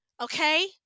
okay